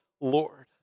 Lord